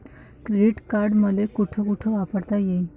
Credit card मले कोठ कोठ वापरता येईन?